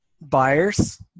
buyers